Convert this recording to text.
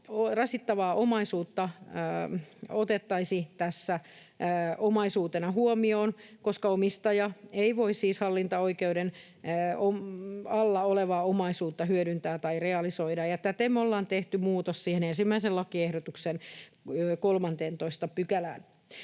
rasittamaa omaisuutta otettaisiin tässä omaisuutena huomioon, koska omistaja ei voi siis hallintaoikeuden alla olevaa omaisuutta hyödyntää tai realisoida, ja täten me ollaan tehty muutos siihen 1. lakiehdotuksen 13 §:ään.